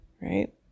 right